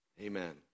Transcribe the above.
Amen